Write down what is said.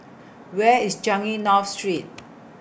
Where IS Changi North Street